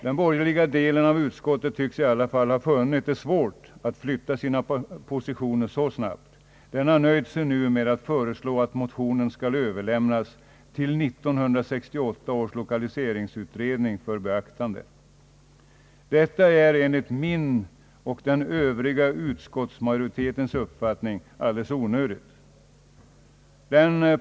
Den borgerliga delen av utskottet tycks i alla fall ha funnit det svårt att flytta sina positioner så snabbt. Den har nu nöjt sig med att föreslå att motionen skall överlämnas till 1968 års 1okaliseringsutredning för beaktande. Detta är enligt min och den övriga utskottsmajoritetens uppfattning alldeles onödigt.